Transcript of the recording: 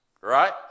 right